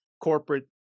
corporate